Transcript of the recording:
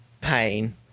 Pain